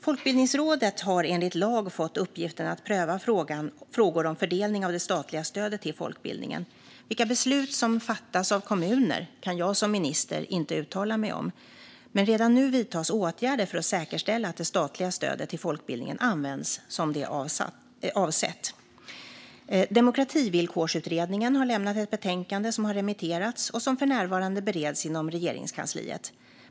Folkbildningsrådet har enligt lag fått uppgiften att pröva frågor om fördelning av det statliga stödet till folkbildningen. Vilka beslut som fattas av kommuner kan jag som minister inte uttala mig om, men redan nu vidtas åtgärder för att säkerställa att det statliga stödet till folkbildningen används som det är avsett. Demokrativillkorsutredningen har lämnat ett betänkande som har remitterats och som för närvarande bereds inom Regeringskansliet.